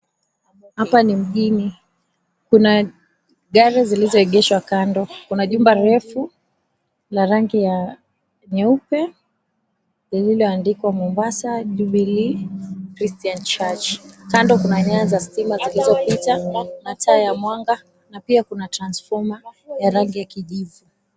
Hapa ni mjini kuna gari zilizoegeshwa kando, kuna jumba refu la rangi ya nyeupe lililoandikwa, Mombasa Jubilee Christian Church kando kuna nyaya za stima zilizopita na taa ya mwanga na pia kuna transfoma ya rangi ya kijivu.